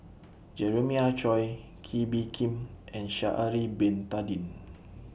Jeremiah Choy Kee Bee Khim and Sha'Ari Bin Tadin